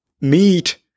meat